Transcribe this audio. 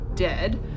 dead